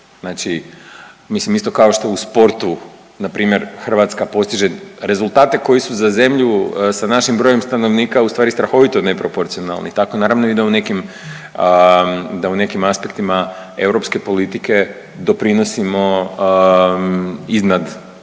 weight mislim isto kao što u sportu npr. Hrvatska postiže rezultate koji su za zemlju sa našim brojem stanovnika ustvari strahovito neproporcionalni, tako naravno da i u nekim aspektima europske politike doprinosimo iznad,